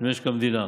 במשק המדינה,